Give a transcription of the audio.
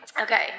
Okay